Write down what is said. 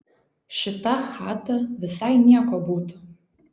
šita chata visai nieko būtų